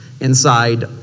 inside